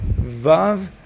Vav